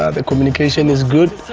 ah the communication is good.